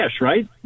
right